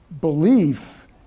belief